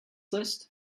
list